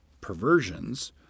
perversions